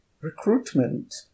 recruitment